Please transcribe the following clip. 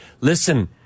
listen